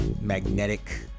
magnetic